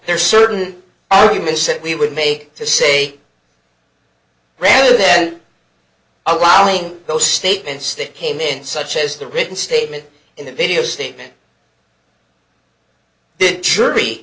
there certain arguments that we would make to say rather than allowing those statements that came in such as the written statement in the video statement did jury